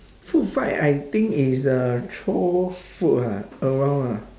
food fight I think is uh throw food ah around ah